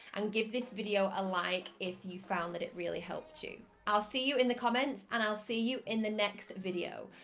and give this video a like if you found that it really helped you. i'll see you in the comments and i'll see you in the next video.